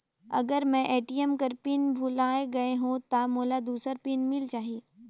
अगर मैं ए.टी.एम कर पिन भुलाये गये हो ता मोला दूसर पिन मिल जाही?